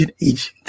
Agent